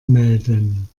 melden